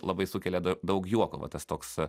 labai sukelia daug juoko va tas toks